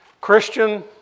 Christian